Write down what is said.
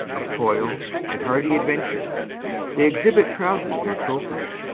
of toil and hardy adventure they exhibit proudly their trophies.